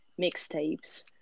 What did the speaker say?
mixtapes